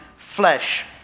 Flesh